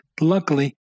luckily